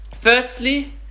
firstly